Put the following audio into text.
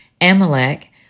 Amalek